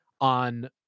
on